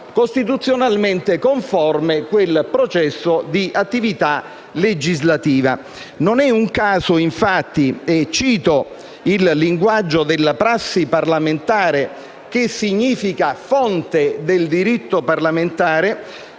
costituzionalmente conforme quel processo di attività legislativa. Non è infatti un caso - e cito il linguaggio della prassi parlamentare, che significa fonte del diritto parlamentare